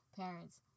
parents